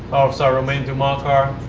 sorry, romain dumas car.